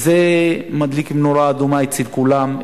וזה מדליק נורה אדומה אצל כולם,